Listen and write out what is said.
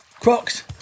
Crocs